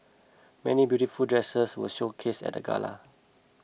many beautiful dresses were showcased at the gala